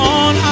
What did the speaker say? on